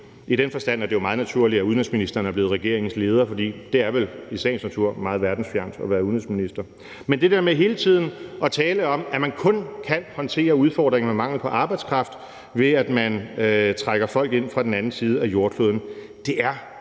I den forstand er det jo meget naturligt, at udenrigsministeren er blevet regeringens leder, for det er vel i sagens natur meget verdensfjernt at være udenrigsminister. Men det der med hele tiden at tale om, at man kun kan håndtere udfordringen med mangel på arbejdskraft, ved at man trækker folk ind fra den anden side af jordkloden, er